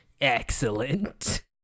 Excellent